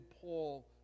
Paul